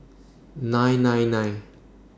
nine nine nine